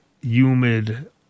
humid